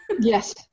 Yes